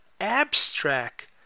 abstract